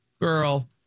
Girl